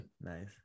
Nice